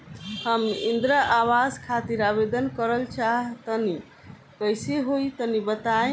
हम इंद्रा आवास खातिर आवेदन करल चाह तनि कइसे होई तनि बताई?